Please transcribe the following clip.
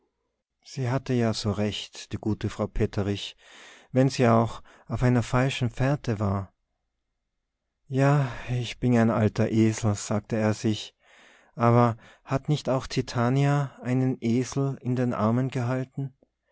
sie hatte ja so recht die gute frau petterich wenn sie auch auf einer falschen fährte war ja ich bin ein alter esel sagte er sich aber hat nicht auch titania einen esel in den armen gehalten